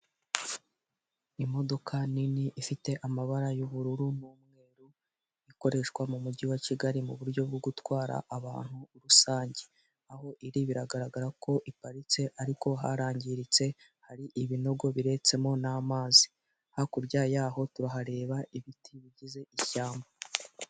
Imodoka nini ifite amabara y'ubururu n'umweru ikoreshwa mu mujyi wa Kigali mu buryo bwo gutwara abantu rusange. Aho iri biragaragara ko iparitse ariko harangiritse, hari ibinogo biretsemo n'amazi. Hakurya yaho turahareba ibiti bigize ishyamba.